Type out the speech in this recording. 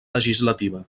legislativa